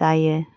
जायो